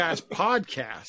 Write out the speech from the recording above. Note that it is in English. podcast